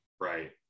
Right